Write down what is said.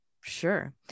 Sure